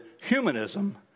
humanism